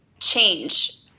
Change